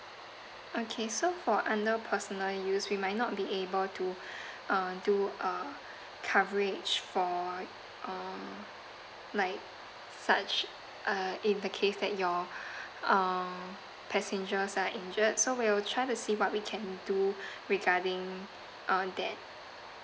okay so for under personal use we might not be able to uh do uh coverage for um like such uh in the case that your um passengers are injured so we'll try to see what we can do regarding uh that